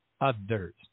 others